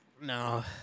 No